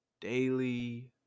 daily